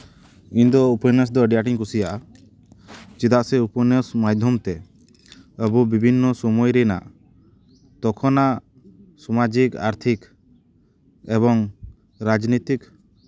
ᱤᱧ ᱫᱚ ᱩᱯᱚᱱᱱᱟᱥ ᱫᱚ ᱟᱹᱰᱤ ᱟᱸᱴᱤᱧ ᱠᱩᱥᱤᱭᱟᱜᱼᱟ ᱪᱮᱫᱟᱜ ᱥᱮ ᱩᱯᱚᱱᱱᱟᱥ ᱢᱟᱫᱽᱫᱷᱚᱢ ᱛᱮ ᱟᱵᱚ ᱵᱤᱵᱷᱤᱱᱱᱚ ᱥᱚᱢᱚᱭ ᱨᱮᱱᱟᱜ ᱛᱚᱠᱷᱚᱱᱟᱜ ᱥᱟᱢᱟᱡᱤᱠ ᱟᱨᱷᱦᱤᱠ ᱮᱵᱚᱝ ᱨᱟᱡᱽᱱᱤᱛᱤᱠ